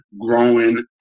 growing